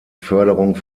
förderung